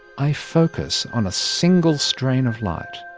i focus on a single strain of light,